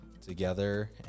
together